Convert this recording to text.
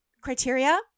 Criteria